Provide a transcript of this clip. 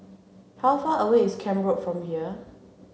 how far away is Camp Road from here